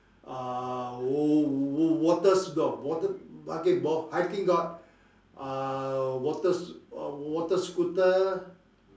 uh wa~ water market bo hiking got uh water sch~ uh water scooter